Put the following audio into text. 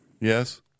Yes